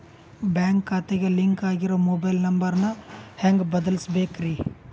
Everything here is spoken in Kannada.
ಬ್ಯಾಂಕ್ ಖಾತೆಗೆ ಲಿಂಕ್ ಆಗಿರೋ ಮೊಬೈಲ್ ನಂಬರ್ ನ ಹೆಂಗ್ ಬದಲಿಸಬೇಕ್ರಿ?